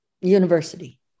university